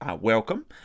welcome